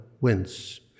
wins